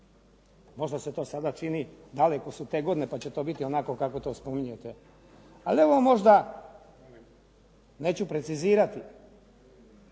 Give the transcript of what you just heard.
možda se to sada čini, daleko su te godine pa će to biti onako kako to spominjete. Ali evo možda neću precizirati,